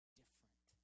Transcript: different